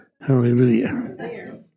Hallelujah